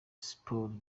sports